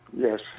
Yes